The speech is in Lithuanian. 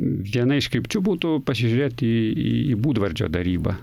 viena iš krypčių būtų pasižiūrėt į į būdvardžio darybą